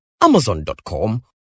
amazon.com